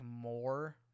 more